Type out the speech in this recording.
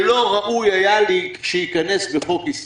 שלא ראוי היה שייכנס בחוק ישראלי.